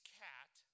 cat